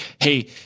hey